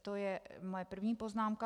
To je moje první poznámka.